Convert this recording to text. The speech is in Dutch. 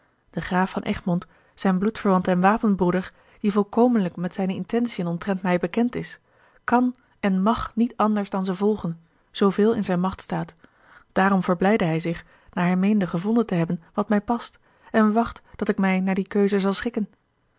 de graaf van egmond zijn bloedverwant en wapenbroeder die voorkomelijk met zijne intentiën omtrent mij bekend is kan en mag niet anders dan ze volgen zooveel in zijne macht staat daarom verblijdde hij zich naar hij meende gevonden te hebben wat mij past en wacht dat ik mij naar die keuze zal schikken